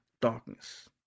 darkness